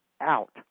out